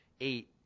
eight